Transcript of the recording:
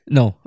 No